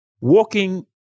walking